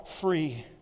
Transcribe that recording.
free